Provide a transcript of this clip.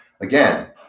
Again